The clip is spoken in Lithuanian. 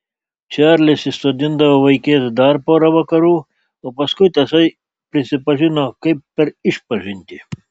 čarlis išsodindavo vaikėzą dar pora vakarų o paskui tasai prisipažino kaip per išpažintį